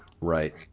Right